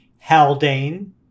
Haldane